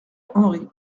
henry